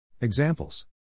Examples